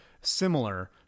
similar